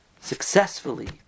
successfully